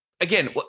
Again